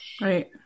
Right